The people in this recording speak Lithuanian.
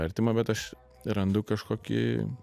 artima bet aš randu kažkokį